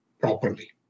properly